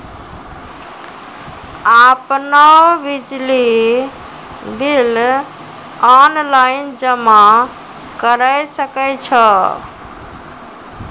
आपनौ बिजली bill online जमा करै सकै छौ?